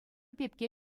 пепке